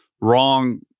wrong